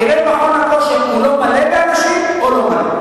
תראה את מכון הכושר אם הוא מלא באנשים או לא מלא.